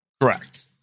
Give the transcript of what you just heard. Correct